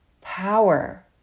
power